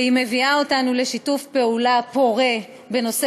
והיא מביאה אותנו לשיתוף פעולה פורה בנושא